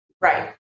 Right